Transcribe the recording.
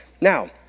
Now